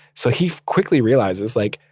so he quickly realizes like,